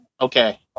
Okay